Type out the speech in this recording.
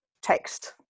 text